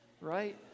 right